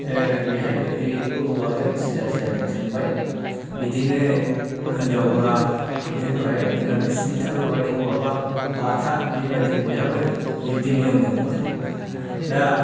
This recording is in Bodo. बेहाय ओरै औवाजों सिदा सिदा जों सोंबाय बिदिनो हिन्जावबा बिदिनो दहाय बुंनाय बादि स्निथा होबाय हौवाबा बा बाथा बेबायदिनो बेहाबो बिब्दि नियम दं आरो दा